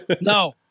No